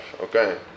Okay